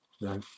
no